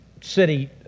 City